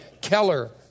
Keller